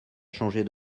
changer